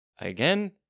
again